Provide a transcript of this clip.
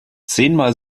zehnmal